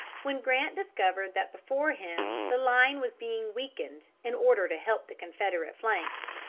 when grant discovered that before him the line was being weakened in order to help the confederate flanks.